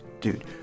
dude